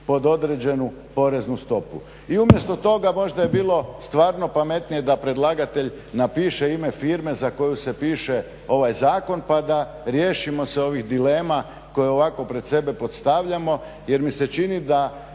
pod određenu poreznu stopu. I umjesto toga možda je bilo stvarno pametnije da predlagatelj napiše ime firme za koju se piše ovaj zakon pa da riješimo se ovih dilema koje ovako pred sebe podstavljamo. Jer mi se čini da